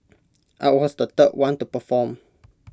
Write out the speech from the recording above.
I was the third one to perform